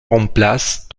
remplace